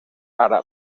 àrab